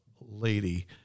lady